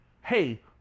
Hey